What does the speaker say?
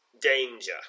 danger